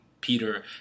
Peter